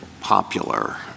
popular